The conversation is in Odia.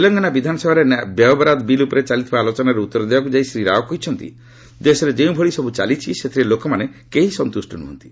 ତେଲଙ୍ଗାନା ବିଧାନସଭାରେ ବ୍ୟୟ ବରାଦ ବିଲ୍ ଉପରେ ଚାଲିଥିବା ଆଲୋଚନାରେ ଉତ୍ତର ଦେବାକୁ ଯାଇ ଶ୍ରୀ ରାଓ କହିଛନ୍ତି ଦେଶରେ ଯେଉଁଭଳି ସବୁ ଚାଲିଛି ସେଥିରେ ଲୋକମାନେ କେହି ସନ୍ତୁଷ୍ଟ ନୁହନ୍ତି